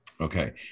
Okay